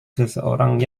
seseorang